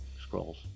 scrolls